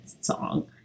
song